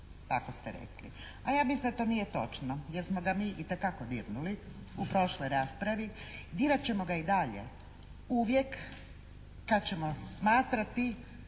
tako ste rekli. A ja mislim da to nije točno, jer smo ga mi itekako dirnuli u prošloj raspravi. Dirat ćemo ga i dalje. Uvijek kada ćemo smatrati